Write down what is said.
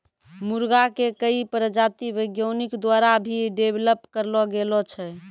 मुर्गा के कई प्रजाति वैज्ञानिक द्वारा भी डेवलप करलो गेलो छै